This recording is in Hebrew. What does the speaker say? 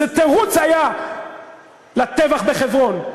איזה תירוץ היה לטבח בחברון?